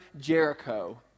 Jericho